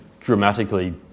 dramatically